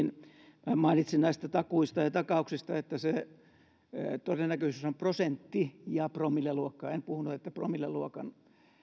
hän mainitsi näistä takuista ja takauksista sanon että se todennäköisyys on prosentti ja promilleluokkaa en puhunut että promilleluokkaa